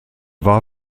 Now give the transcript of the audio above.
war